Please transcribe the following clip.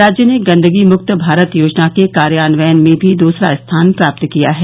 राज्य ने गंदगी मुक्त भारत योजना के कार्यान्वयन में भी दूसरा स्थान प्राप्त किया है